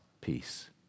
peace